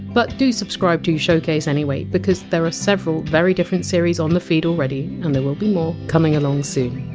but do subscribe to showcase anyway, because there! re several very different series on the feed already, and there will be more coming along soon.